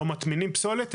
לא מטמינים שם פסולת,